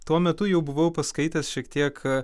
tuo metu jau buvau paskaitęs šiek tiek